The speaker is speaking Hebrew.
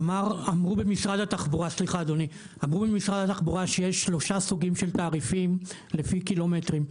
אמרו במשרד התחבורה שיש שלושה סוגים של תעריפים לפי קילומטרים,